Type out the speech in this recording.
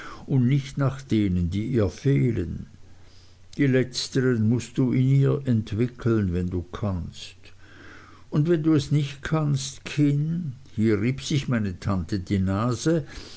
und nicht nach denen die ihr fehlen die letzteren mußt du in ihr entwickeln wenn du kannst und wenn du es nicht kannst kind hier rieb sich meine tante die nase